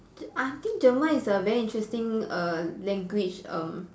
I think German is a very interesting err language um